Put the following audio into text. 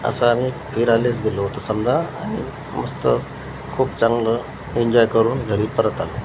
असा आम्ही फिरायलाच गेलो होतो समदा आणि मस्त खूप चांगलं एन्जॉय करून घरी परत आलो